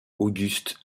august